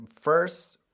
first